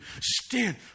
Stand